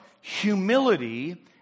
humility